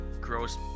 gross